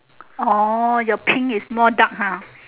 orh your pink is more dark ha